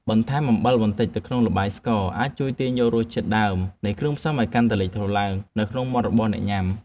បន្ថែមអំបិលបន្តិចទៅក្នុងល្បាយស្ករអាចជួយទាញយករសជាតិដើមនៃគ្រឿងផ្សំឱ្យកាន់តែលេចធ្លោឡើងនៅក្នុងមាត់របស់អ្នកញ៉ាំ។